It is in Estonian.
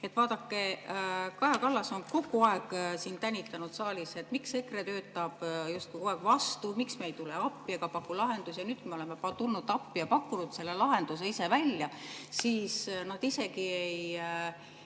Vaadake, Kaja Kallas on kogu aeg tänitanud siin saalis, et miks EKRE töötab justkui kogu aeg vastu, miks me ei tule appi ega paku lahendusi. Nüüd, kui me oleme tulnud appi ja pakkunud selle lahenduse ise välja, siis nad isegi ei